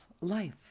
life